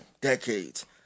decades